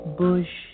bush